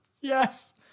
Yes